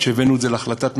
עד שהבאנו את זה להחלטת ממשלה,